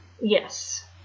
Yes